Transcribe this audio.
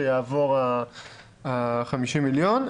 שיעברו ה-50 מיליון.